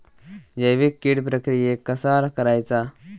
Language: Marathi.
जैविक कीड प्रक्रियेक कसा करायचा?